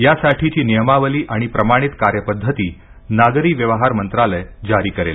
यासाठीची नियमावली आणि प्रमाणित कार्यपद्धती नागरी व्यवहार मंत्रालय जारी करेल